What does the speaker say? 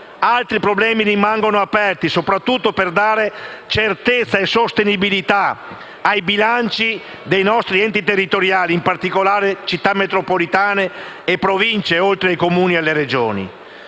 altri problemi rimangono aperti, soprattutto per dare certezza e sostenibilità ai bilanci dei nostri enti territoriali e in particolare alle Città metropolitane e alle Province, oltre che ai Comuni e alle Regioni.